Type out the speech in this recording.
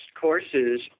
courses